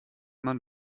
man